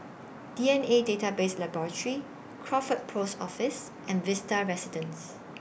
D N A Database Laboratory Crawford Post Office and Vista Residences